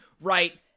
right